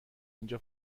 اینجا